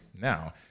now